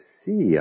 see